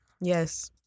Yes